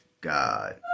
god